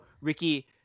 Ricky –